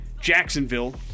Jacksonville